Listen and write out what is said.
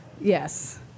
Yes